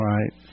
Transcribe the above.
Right